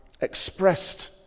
expressed